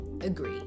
agree